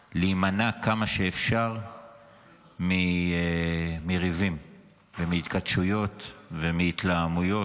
צריך להימנע כמה שאפשר מריבים ומהתכתשויות ומהתלהמויות